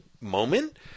moment